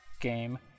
game